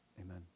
Amen